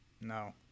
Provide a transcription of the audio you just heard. No